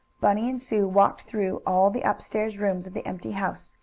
bunny and sue walked through all the upstairs rooms of the empty house.